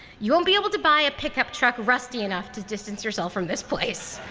you won't be able to buy a pickup truck rusty enough to distance yourself from this place.